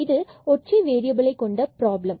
இது ஒரு ஒற்றை வேறியபில் ப்ராப்ளம்